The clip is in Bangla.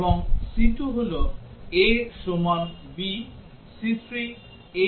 এবং c2 হল a সমান b c3 a সমান c